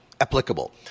applicable